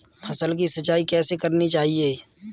फसल की सिंचाई कैसे करनी चाहिए?